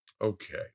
Okay